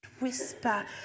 whisper